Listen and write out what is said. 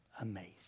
Amazing